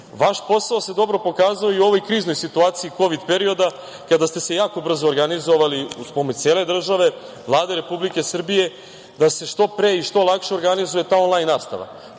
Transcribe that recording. Vaš posao se dobro pokazao i u ovoj kriznoj situaciji kovid perioda kada ste se jako brzo organizovali uz pomoć cele države, Vlade Republike Srbije da se što pre i što lakše organizuje ta onlajn nastava.